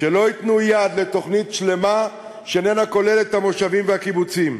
שלא ייתנו יד לתוכנית שלמה שאיננה כוללת את המושבים והקיבוצים.